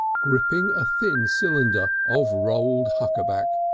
gripping a thin cylinder of rolled huckaback.